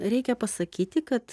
reikia pasakyti kad